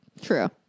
true